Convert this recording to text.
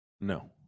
no